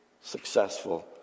successful